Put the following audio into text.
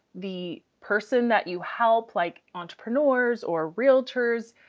the person that you help, like entrepreneurs or realtors.